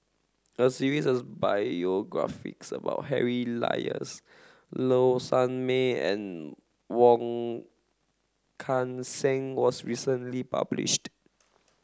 a series of biographies about Harry Elias Low Sanmay and Wong Kan Seng was recently published